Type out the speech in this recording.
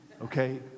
okay